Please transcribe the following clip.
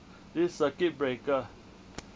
this circuit breaker